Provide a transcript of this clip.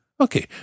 Okay